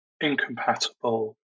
incompatible